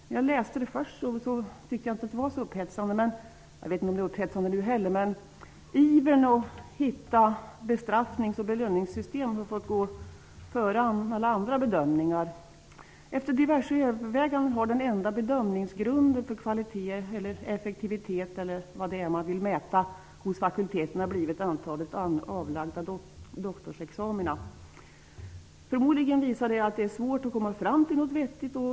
När jag läste det först tyckte jag inte att det var så upphetsande. Jag vet inte om det är upphetsande nu heller, men ivern att hitta bestraffnings och belöningssystem har fått gå före alla andra bedömningar. Efter diverse överväganden har den enda bedömningsgrunden för kvalitet, effektivitet eller vad det är man vill mäta hos fakulteten, blivit antalet avlagda doktorsexamina. Förmodligen visar det att det är svårt att komma fram till något vettigt.